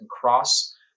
cross